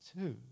two